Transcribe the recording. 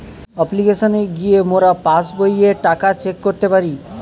অপ্লিকেশনে গিয়ে মোরা পাস্ বইয়ের টাকা চেক করতে পারি